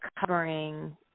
covering